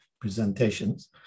presentations